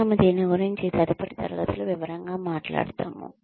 మనము దీని గురించి తదుపరి తరగతిలో వివరంగా మాట్లాడుతాము